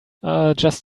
just